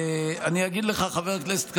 אגיד לך, חבר הכנסת קריב,